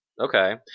Okay